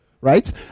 right